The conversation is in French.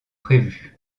prévu